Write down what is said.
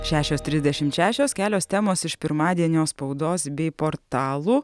šešios trisdešimt šešios kelios temos iš pirmadienio spaudos bei portalų